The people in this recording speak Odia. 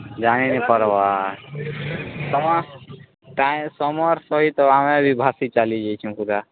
ଜାଣି ନେଇ ପାରବା କାହେ ସମର ସହିତ ଆମେ ବି ଭାସି ଚାଲିଯାଇଛୁ ପୁରା